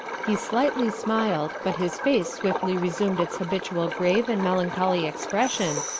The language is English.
he slightly smiled, but his face swiftly resumed its habitual grave and melancholy expression,